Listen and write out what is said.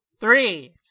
three